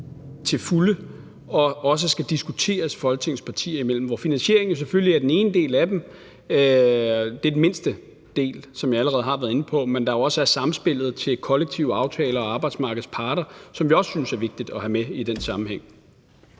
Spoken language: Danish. til fulde, og som også skal diskuteres Folketingets partier imellem. Finansieringen er selvfølgelig den ene del af det – det er den mindste del, som jeg allerede har været inde på – men der er også samspillet med kollektive aftaler og arbejdsmarkedets parter, som vi også synes er vigtigt at have med i den sammenhæng.